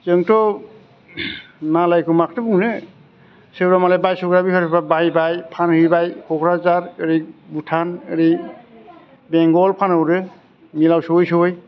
जोंथ' मालायखौ माखौथो बुंनो सोरबा मालाय बायसग्रा बेफारिफ्रा बायबाय फानहैबाय क'क्राझार ओरै भुटान ओरै बेंगल फानहरो मिलाव सोवै सोवै